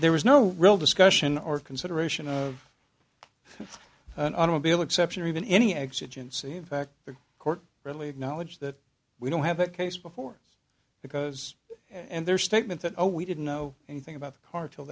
there was no real discussion or consideration of an automobile exception or even any exit in c in fact the court really acknowledge that we don't have a case before because and their statement that oh we didn't know anything about the car til